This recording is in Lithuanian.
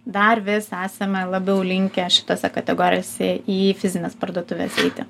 dar vis esame labiau linkę šitose kategorijose į fizines parduotuves eiti